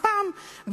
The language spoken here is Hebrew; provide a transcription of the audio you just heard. משום מה,